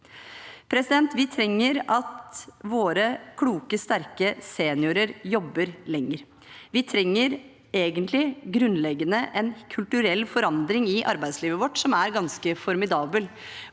stå i jobb. Vi trenger at våre kloke, sterke seniorer jobber lenger. Vi trenger egentlig grunnleggende en kulturell forandring i arbeidslivet vårt som er ganske formidabel,